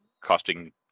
costing